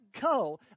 go